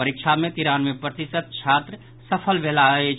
परीक्षा मे तिरानवे प्रतिशत छात्र सफल भेलाह अछि